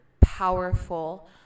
powerful